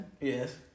Yes